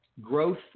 Growth